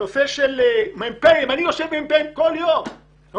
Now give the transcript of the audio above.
הנושא של מפקדים פלוגות: אני יושב איתם בכל יום והם